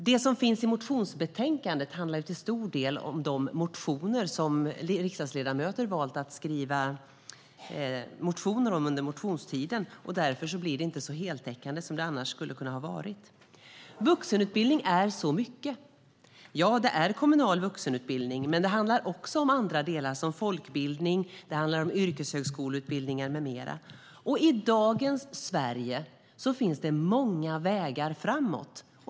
Det som finns i motionsbetänkandet handlar till stor del om de motioner som riksdagsledamöter valt att skriva under motionstiden. Därför blir det inte så heltäckande som det annars skulle ha kunnat vara. Vuxenutbildning är så mycket. Förutom kommunal vuxenutbildning handlar det också om andra delar, som folkbildning, yrkeshögskoleutbildningar med mera. I dagens Sverige finns det många vägar framåt.